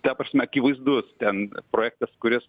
ta prasme akivaizdus ten projektas kuris